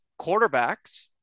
quarterbacks